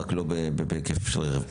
אבל לא בהיקף של רווחים.